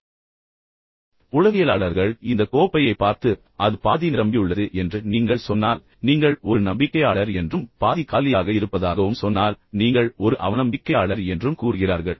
இப்போது உளவியலாளர்கள் நீங்கள் இந்த கோப்பையைப் பார்த்து அது பாதி நிரம்பியுள்ளது என்று நீங்கள் சொன்னால் நீங்கள் ஒரு நம்பிக்கையாளர் என்றும் பாதி காலியாக இருப்பதாகவும் சொன்னால் நீங்கள் ஒரு அவநம்பிக்கையாளர் என்றும் கூறுகிறார்கள்